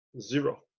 zero